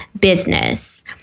business